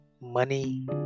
money